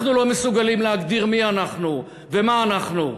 אנחנו לא מסוגלים להגדיר מי אנחנו ומה אנחנו.